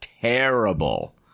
terrible